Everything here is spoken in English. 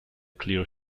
clear